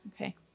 Okay